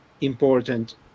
important